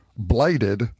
blighted